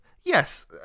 Yes